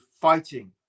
fighting